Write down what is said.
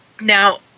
Now